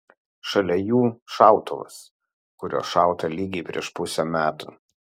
šalia jų šautuvas kuriuo šauta lygiai prieš pusę metų